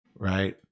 right